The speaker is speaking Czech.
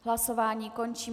Hlasování končím.